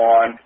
on